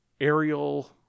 aerial